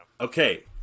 Okay